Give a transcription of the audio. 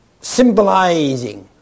symbolizing